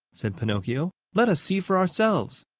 said pinocchio. let us see for ourselves.